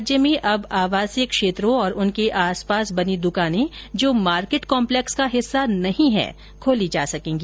राज्य में अब आवासीय क्षेत्रों और उनके आस पास बनी द्रकानें जो मार्केट कॉम्लेक्स का हिस्सा नहीं है खोली जा सकेंगी